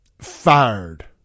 Fired